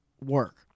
work